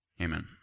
Amen